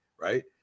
right